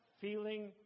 feeling